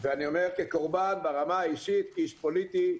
ואני אומר כקורבן ברמה האישית, כאיש פוליטי,